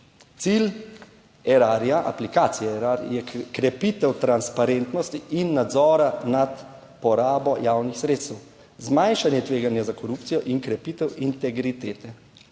aplikacije Erar je krepitev transparentnosti in nadzora nad porabo javnih sredstev, zmanjšanje tveganja za korupcijo in krepitev integritete.